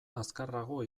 azkarrago